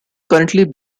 currently